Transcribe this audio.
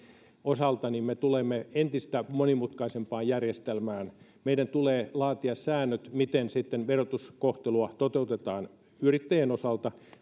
osalta me tulemme entistä monimutkaisempaan järjestelmään meidän tulee laatia säännöt miten sitten verotuskohtelua toteutetaan yrittäjien osalta